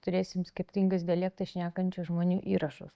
turėsim skirtingais dialektais šnekančių žmonių įrašus